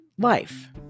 life